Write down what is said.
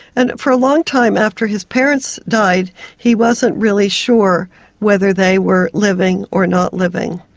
and for a long time after his parents died he wasn't really sure whether they were living or not living,